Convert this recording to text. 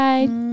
Bye